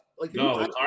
No